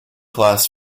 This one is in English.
class